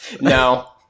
no